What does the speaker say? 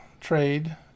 trade